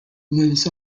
lives